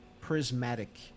prismatic